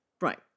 Right